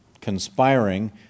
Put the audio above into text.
conspiring